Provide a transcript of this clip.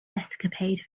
escapade